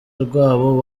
rwabo